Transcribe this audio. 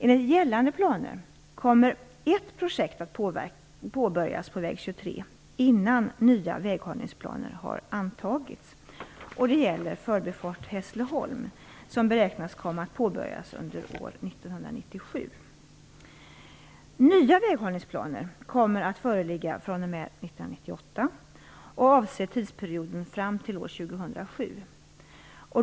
Enligt gällande planer kommer ett projekt att påbörjas på väg 23 innan nya väghållningsplaner har antagits. Det gäller förbifart vid Hässleholm, som beräknas komma att påbörjas under år 1997. Nya väghållningsplaner kommer att föreligga fr.o.m. år 1998 och avse tidsperioden fram till år 2007.